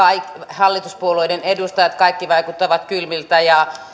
hallituspuolueiden edustajat kaikki vaikuttavat kylmiltä ja